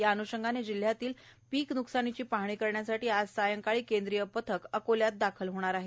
त्या अन्षंगाने जिल्ह्यातील पीक न्कसानीची पाहणी करण्यासाठी आज सायंकाळी केंद्रीय पथक अकोल्यात दाखल होणार आहे